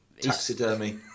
Taxidermy